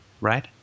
right